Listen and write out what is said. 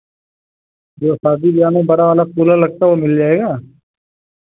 जो शादी ब्याह में बड़ा वाला कूलर लगता है वो मिल जाएगा